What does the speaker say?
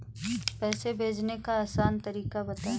पैसे भेजने का आसान तरीका बताए?